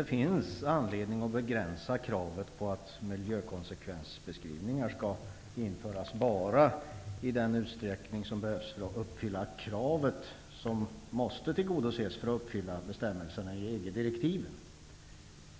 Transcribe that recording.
det finns anledning att begränsa kravet till att miljökonsekvensbeskrivningar bara skall införas i den utsträckning som behövs för att uppfylla bestämmelserna i EG-direktiven.